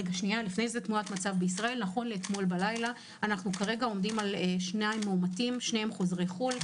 תמונת מצב בישראל: נכון לאתמול בלילה יש שני מאומתים שהם חוזרים מחו"ל.